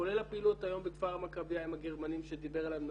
כולל הפעילויות היום בכפר המכביה עם הגרמנים שדיבר עליהן נפתלי,